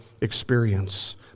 experience